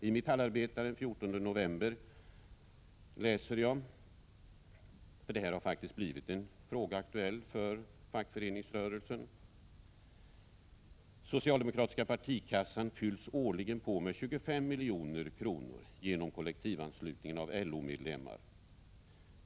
I Metallarbetaren den 14 november läste jag — frågan har ju blivit aktuell i fackföreningsrörelsen: ”Socialdemokratiska partikassan fylls årligen på med 25 milj.kr. genom kollektivanslutning av LO-medlemmar.